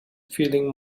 feeling